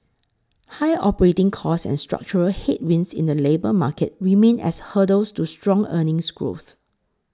high operating costs and structural headwinds in the labour market remain as hurdles to strong earnings growth